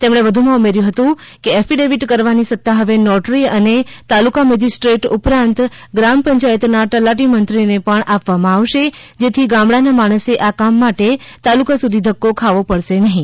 તેમણે ઉમેર્થું હતું એફિડેવિટ કરવાની સત્તા હવે નોટરી અને તાલુકા મેજીસ્ટ્રેટ ઉપરાંત ગ્રામ પંચાયતના તલાટી મંત્રીને પણ આપવામાં આવશે જેથી ગામડા ના માણસે આ કામ માટે તાલુકા સુધી ધક્કો ખાવો પડશે નહીં